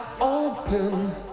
open